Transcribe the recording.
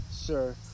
sir